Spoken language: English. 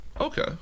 Okay